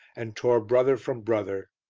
and tore brother from brother,